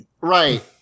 Right